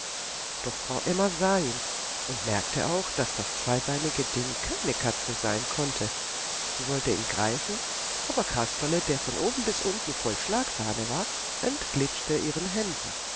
doch frau emma sah ihn und merkte auch daß das zweibeinige ding keine katze sein konnte sie wollte ihn greifen aber kasperle der von oben bis unten voll schlagsahne war entglitschte ihren händen